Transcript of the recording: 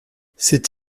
c’est